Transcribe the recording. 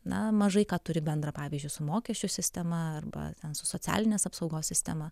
na mažai ką turi bendra pavyzdžiui su mokesčių sistema arba ten su socialinės apsaugos sistema